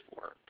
work